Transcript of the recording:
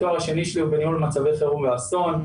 התואר השני שלי הוא בניהול מצבי חירום ואסון,